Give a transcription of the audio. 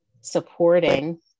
supporting